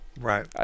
right